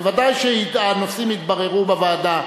בוודאי שהנושאים יתבררו בוועדה.